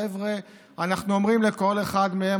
אנחנו אומרים לכל אחד מהם,